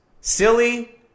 silly